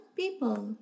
people